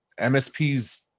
MSPs